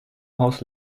haus